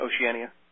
Oceania